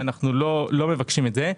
לא מבקשים את זה.